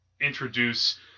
introduce